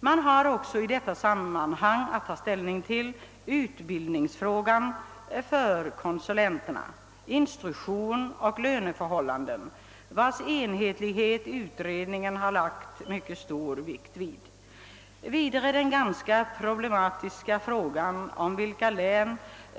Man har också i detta sammanhang att ta ställning till frågan om utbildning av konsulenterna, instruktion och löneförhållanden, vilkas enhetlighet utredningen har lagt stor vikt vid. Vidare är det en ganska problematisk fråga vilka län